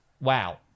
Wow